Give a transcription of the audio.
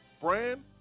Brand